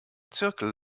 zirkel